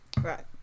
Right